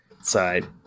side